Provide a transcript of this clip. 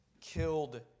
killed